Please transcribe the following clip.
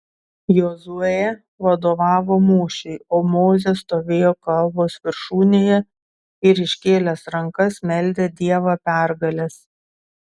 jozuė vadovavo mūšiui o mozė stovėjo kalvos viršūnėje ir iškėlęs rankas meldė dievą pergalės